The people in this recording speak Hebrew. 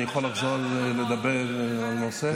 אני יכול לחזור לדבר על הנושא?